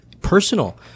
personal